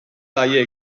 zaie